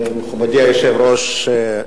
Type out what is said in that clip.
היושב-ראש,